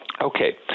Okay